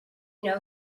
know